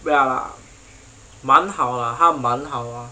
ya 蛮好啦他蛮好啦